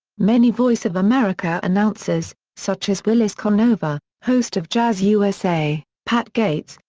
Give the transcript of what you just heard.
many voice of america announcers, such as willis conover, host of jazz usa, pat gates,